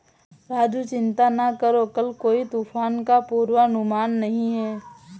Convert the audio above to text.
राजू चिंता ना करो कल कोई तूफान का पूर्वानुमान नहीं है